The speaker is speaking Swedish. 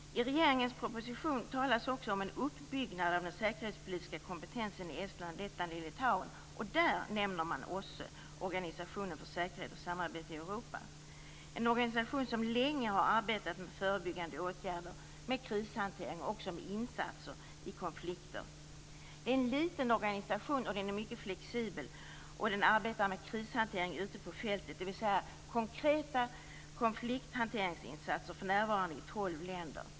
I regeringens proposition talas också om en uppbyggnad av den säkerhetspolitiska kompetensen i Estland, Lettland och Litauen. Där nämner man Europa, en organisation som länge har arbetat med förebyggande åtgärder, krishantering och även med insatser i konflikter. Det är en liten organisation som är mycket flexibel och som arbetar med krishantering ute på fältet, dvs. konkreta konflikthanteringsinsatser, för närvarande i tolv länder.